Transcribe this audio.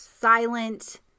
silent